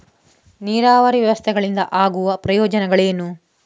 ನೀರಾವರಿ ವ್ಯವಸ್ಥೆಗಳಿಂದ ಆಗುವ ಪ್ರಯೋಜನಗಳೇನು?